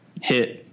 hit